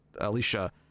Alicia